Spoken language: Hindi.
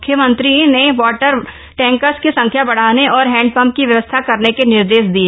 मुख्यमंत्री ने वॉटर टैंकर्स की संख्या बढ़ाने और हैण्डपम्प की व्यवस्था करने के निर्देश दिये